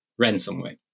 ransomware